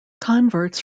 converts